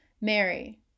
Mary